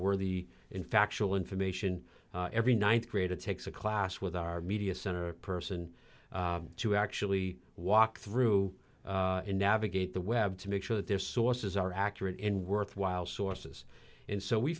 were the in factual information every th grade it takes a class with our media center person to actually walk through and navigate the web to make sure that their sources are accurate in worthwhile sources and so we